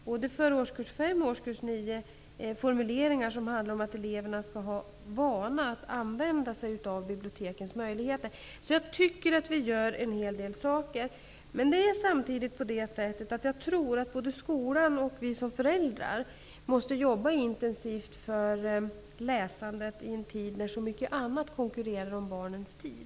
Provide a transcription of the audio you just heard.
För både årskurs fem och årskurs nio handlar det om att eleverna skall ha vana att använda sig av bibliotekens möjligheter. Jag tycker därför att vi gör en hel del saker. Samtidigt tror jag att både skolan och vi som föräldrar måste jobba intensivt för läsandet i en tid när så mycket annat konkurrerar om barnens tid.